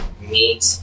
Meet